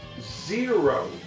zero